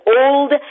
old